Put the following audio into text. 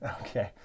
Okay